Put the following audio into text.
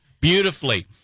Beautifully